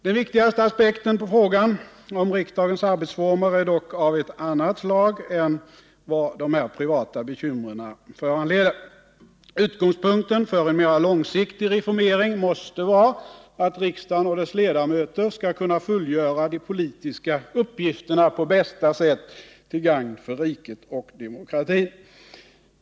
Den viktigaste aspekten på frågan om riksdagens arbetsformer är dock av ett annat slag än vad dessa privata bekymmer föranleder. Utgångspunkten för en mera långsiktig reformering måste vara att riksdagen och dess ledamöter skall kunna fullgöra de politiska uppgifterna på bästa sätt, till gagn för riket och demokratin.